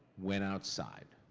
went outside?